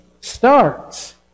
starts